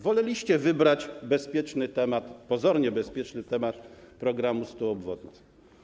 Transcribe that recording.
Woleliście wybrać bezpieczny, pozornie bezpieczny temat programu 100 obwodnic.